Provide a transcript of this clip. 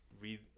read